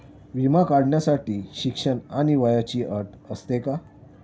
विमा काढण्यासाठी शिक्षण आणि वयाची अट असते का?